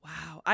Wow